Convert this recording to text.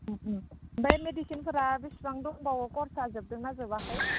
उम उम ओमफ्राय मेडिसिनफोरा बेसेबां दंबावो कर्सआ जोबदों ना जोबाखै